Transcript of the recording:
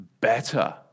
better